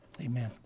Amen